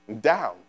down